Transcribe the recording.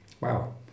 Wow